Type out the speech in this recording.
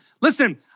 Listen